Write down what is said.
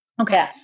Okay